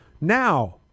Now